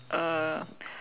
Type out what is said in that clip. uh